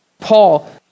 Paul